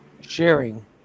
sharing